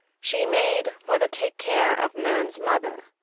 she made for the take care of man's mother,